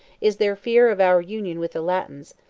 is their fear of our union with the latins,